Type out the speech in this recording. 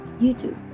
youtube